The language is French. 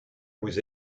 vous